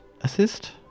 assist